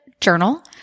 journal